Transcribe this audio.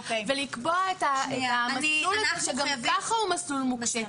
ולקבוע את המסלול שגם ככה הוא מסלול מוקצה.